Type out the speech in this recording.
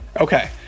Okay